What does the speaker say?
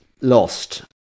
Lost